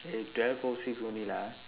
eh twelve o six only lah